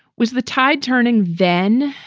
was the tide turning then?